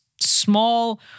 small